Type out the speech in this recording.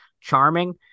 charming